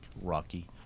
Rocky